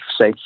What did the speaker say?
say